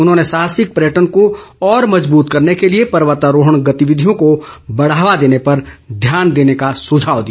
उन्होंने साहसिक पर्यटन को और मजबूत करने के लिए पर्वतारोहण गतिविधियों को बढ़ावा देने पर ध्यान देने का सुझाव दिया